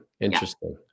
Interesting